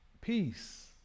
Peace